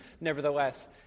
Nevertheless